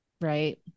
Right